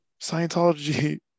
Scientology